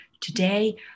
Today